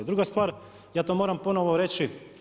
Druga stvar, ja to moram ponovno reći.